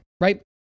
Right